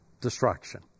Destruction